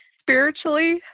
Spiritually